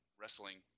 wrestling